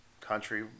country